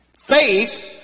Faith